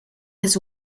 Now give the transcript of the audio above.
his